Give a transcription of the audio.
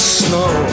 snow